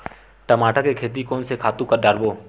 टमाटर के खेती कोन से खातु डारबो?